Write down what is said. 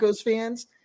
fans